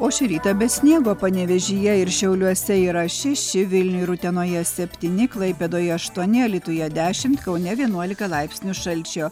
o šį rytą be sniego panevėžyje ir šiauliuose yra šeši vilniuj ir utenoje septyni klaipėdoje aštuoni alytuje dešimt kaune vienuolika laipsnių šalčio